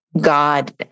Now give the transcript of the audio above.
God